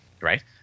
right